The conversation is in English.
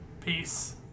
Peace